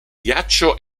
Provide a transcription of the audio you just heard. ghiaccio